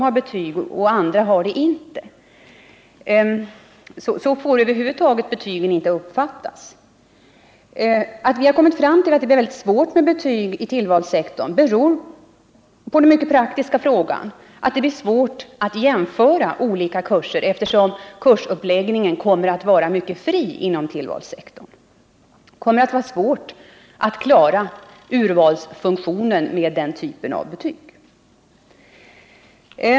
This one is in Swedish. Att vi har kommit fram till att det är svårt att använda betyg i tillvalssektorn beror på den mycket praktiska frågan att det blir svårt att jämföra olika kurser, eftersom kursuppläggningen kommer att vara mycket fri inom tillvalssektorn. Det kommer att vara svårt att klara jämförbarheten med betyg i tillvalssektorn.